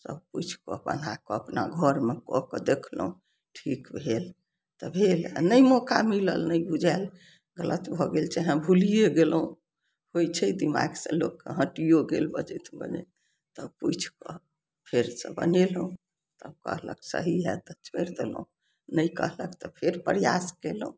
सबकिछुके बनाकऽ अपना घरमे कए कऽ देखलहुँ ठीक भेल तऽ भेल आओर नहि मोका मिलल नहि बुझायल गलत भऽ गेल चाहय भुलिये गेलहुँ होइ छै दिमागसँ लोकके हटियो गेल बनाबैत बनाबैत तऽ पूछिकऽ फेरसँ बनेलहुँ तऽ कहलक सही हइ तऽ छोड़ि देलहुँ नहि कहलथि तऽ फेर प्रयास कयलहुँ